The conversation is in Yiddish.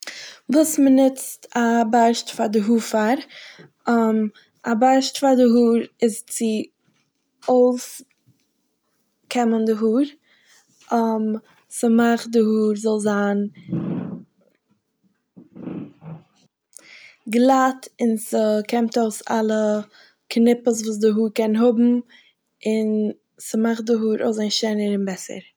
וואס מ'נוצט א בארשט פאר די האר פאר. א בארשט פאר די האר איז צו אויפקעמען די האר. ס'מאכט די האר זאל זיין גלאט, און ס'קעמט אויס אלע קניפעס וואס די האר קען האבן און ס'מאכט די האר אויסזעהן שענער און בעסער.